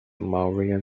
mauryan